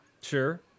Sure